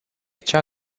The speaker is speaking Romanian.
cea